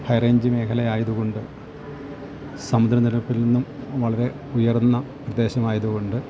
high range മേഖല ആയതുകൊണ്ട് സമുദ്രനിരപ്പിൽനിന്നും വളരെ ഉയർന്ന പ്രദേശമായത് കൊണ്ട്